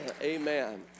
Amen